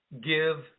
give